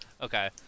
Okay